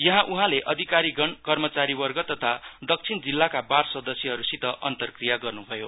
यहाँ उहाँले अधिकारीगण कमचारीवर्ग तथा दक्षिण जिल्लाका बार सदस्यहरूसित अन्तरक्रिया गर्नभयो